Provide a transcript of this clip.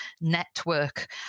network